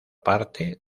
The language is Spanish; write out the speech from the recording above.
parte